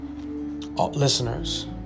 listeners